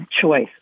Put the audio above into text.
choice